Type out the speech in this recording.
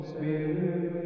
Spirit